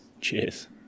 Cheers